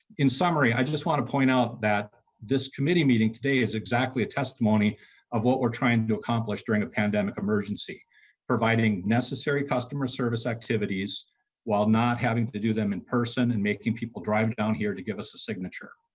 in summary i just want to point out that this committee meeting today is exactly testimony of what we're trying to to accomplish during an emergency providing necessary customer service activities while not having to do them in person and making people drive down here to give us a signature.